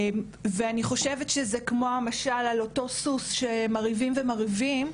ואני חושבת שזה כמו המשל על אותו הסוס שמרעיבים ומרעיבים.